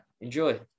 enjoy